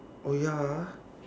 oh ya ah